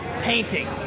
painting